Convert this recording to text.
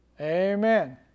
Amen